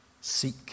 seek